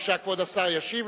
כבוד השר ישיב,